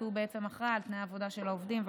כי הוא בעצם אחראי לתנאי העבודה של העובדים וכו'.